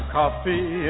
coffee